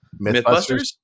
Mythbusters